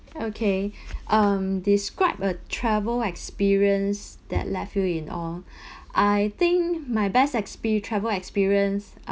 okay um describe a travel experience that left you in awe I think my best expe~ travel experience